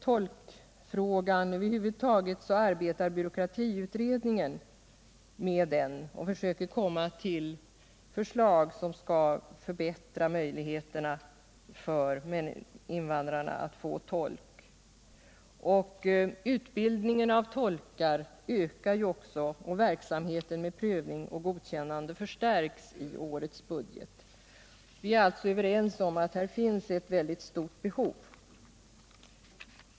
Tolkfrågan arbetar byråkratiutredningen med, och man försöker komma fram till förslag som kan förbättra invandrarnas möjlighet att få tolk. Utbildningen av tolkar ökar också, och verksamheten med prövning och godkännande förstärks i årets budget. Vi är alltså överens om att här finns ett mycket stort behov.